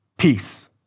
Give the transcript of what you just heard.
Peace